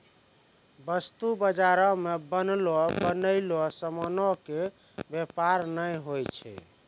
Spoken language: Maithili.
वस्तु बजारो मे बनलो बनयलो समानो के व्यापार नै होय छै